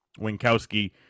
Winkowski